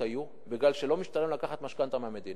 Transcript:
מפני שלא משתלם לקחת משכנתה מהמדינה,